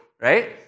right